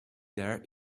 there